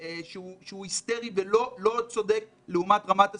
שזה היסטרי ולא מוצדק לעומת רמת הסיכון,